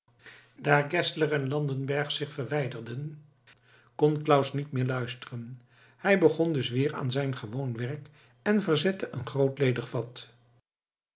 daar geszler en landenberg zich verwijderden kon claus niet meer luisteren hij begon dus weer aan zijn gewoon werk en verzette een groot ledig vat